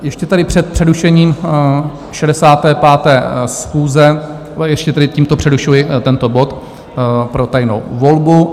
Ještě tedy před přerušením 65. schůze ještě tedy tímto přerušuji tento bod pro tajnou volbu.